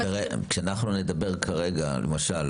כשאנחנו נדבר, כרגע למשל